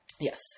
Yes